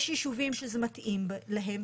יש יישובים שזה מתאים להם.